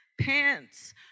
pants